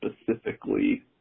specifically